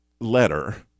letter